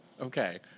Okay